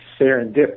Serendip